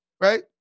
Right